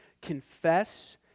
confess